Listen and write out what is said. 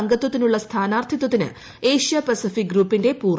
അംഗത്വത്തിനുള്ള സ്ഥാനാർത്ഥിത്വത്തിന് Asia Pacific ഗ്രൂപ്പിന്റെ പൂർണ പിന്തുണ